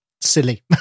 silly